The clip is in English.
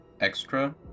extra